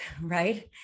right